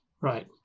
Right